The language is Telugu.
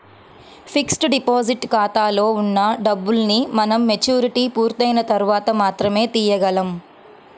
ఫిక్స్డ్ డిపాజిట్ ఖాతాలో ఉన్న డబ్బుల్ని మనం మెచ్యూరిటీ పూర్తయిన తర్వాత మాత్రమే తీయగలం